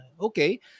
okay